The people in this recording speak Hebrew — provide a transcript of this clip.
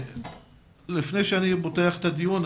לפני שאנחנו נכנסים לדיון,